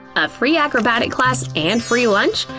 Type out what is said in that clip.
a free acrobatic class and free lunch?